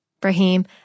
Brahim